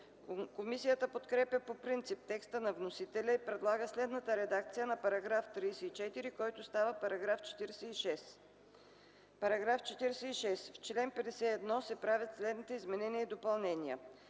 Комисията подкрепя по принцип текста на вносителя и предлага следната редакция на § 34, който става § 46: „§ 46. В чл. 51 се правят следните изменения и допълнения: